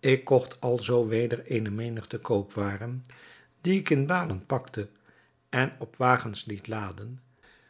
ik kocht alzoo weder eene menigte koopwaren die ik in balen pakte en op wagens liet laden en